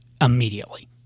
immediately